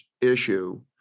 issue